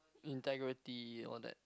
integrity all that